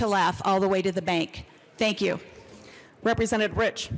to laugh all the way to the bank thank you represented rich